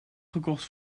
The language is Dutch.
gekocht